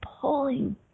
pulling